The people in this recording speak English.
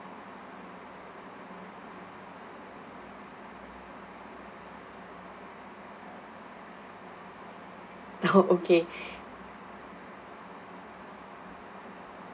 oh okay